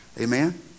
Amen